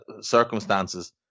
circumstances